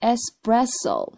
Espresso